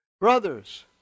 Brothers